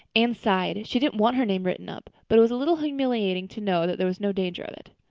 anne sighed. she didn't want her name written up. but it was a little humiliating to know that there was no danger of it.